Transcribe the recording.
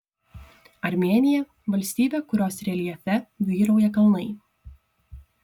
armėnija valstybė kurios reljefe vyrauja kalnai